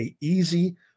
easy